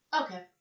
Okay